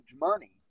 money